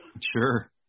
Sure